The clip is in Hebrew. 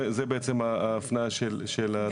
זה בעצם ההפניה של הדברים.